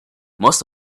most